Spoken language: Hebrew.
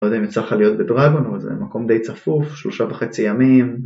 לא יודע אם יצא לך להיות בדרגון אבל זה מקום די צפוף, שלושה וחצי ימים